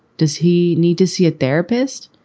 does he need to see a therapist?